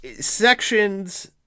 sections